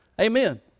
Amen